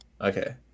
Okay